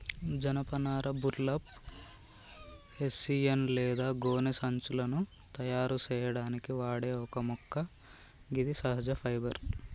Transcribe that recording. జనపనార burlap, hessian లేదా గోనె సంచులను తయారు సేయడానికి వాడే ఒక మొక్క గిది సహజ ఫైబర్